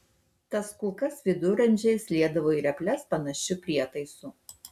tas kulkas viduramžiais liedavo į reples panašiu prietaisu